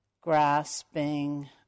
grasping